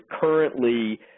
currently